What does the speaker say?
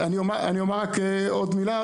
אני אומר רק מילה,